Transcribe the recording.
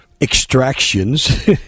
extractions